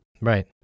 Right